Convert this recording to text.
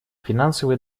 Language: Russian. финансовые